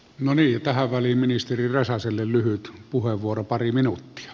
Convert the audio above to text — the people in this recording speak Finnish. tähän väliin ministeri räsäselle lyhyt puheenvuoro pari minuuttia